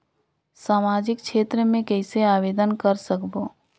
समाजिक क्षेत्र मे कइसे आवेदन कर सकबो?